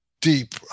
deep